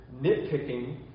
nitpicking